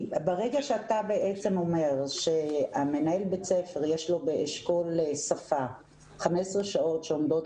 ברגע שאתה אומר שלמנהל בית הספר יש באשכול שפה 15 שעות שעומדות